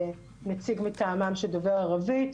לנציג מטעמם שדובר ערבית.